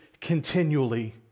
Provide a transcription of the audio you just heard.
continually